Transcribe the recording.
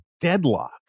deadlock